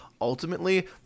ultimately